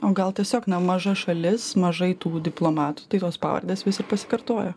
o gal tiesiog nemaža šalis mažai tų diplomatų tai tos pavardės vis ir pasikartoja